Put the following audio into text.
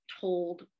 told